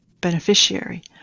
beneficiary